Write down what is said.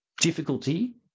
difficulty